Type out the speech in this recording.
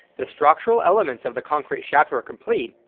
the structural elements of the concrete shaft were complete,